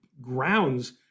Grounds